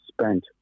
spent